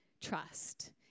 trust